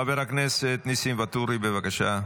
חבר הכנסת נסים ואטורי, בבקשה.